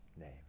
name